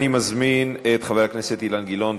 אני מזמין את חבר הכנסת אילן גילאון,